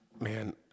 man